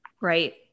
right